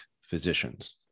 physicians